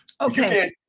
Okay